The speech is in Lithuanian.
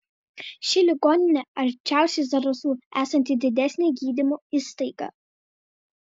ši ligoninė arčiausiai zarasų esanti didesnė gydymo įstaiga